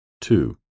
Two